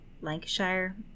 lancashire